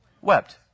wept